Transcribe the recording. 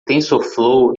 tensorflow